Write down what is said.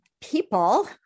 people